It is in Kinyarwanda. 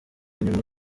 nyuma